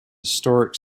historic